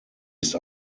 ist